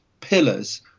pillars